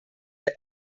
der